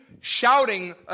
shouting